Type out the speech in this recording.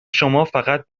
شمافقط